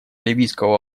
ливийского